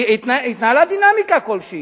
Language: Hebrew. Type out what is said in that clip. התנהלה דינמיקה כלשהי.